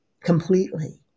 Completely